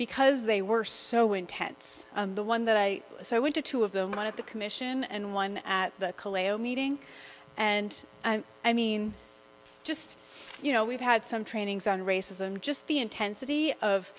because they were so intense the one that i so i went to two of them one of the commission and one at the calais a meeting and i mean just you know we've had some trainings on racism just the intensity of